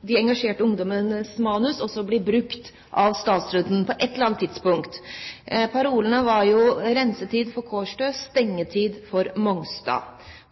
de engasjerte ungdommenes manus, blir brukt av statsråden på et eller annet tidspunkt. Parolene var om rensetid for Kårstø, stengetid for Mongstad.